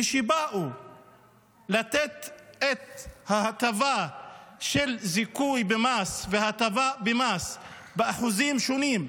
וכשבאו לתת את ההטבה של זיכוי במס והטבה במס באחוזים שונים,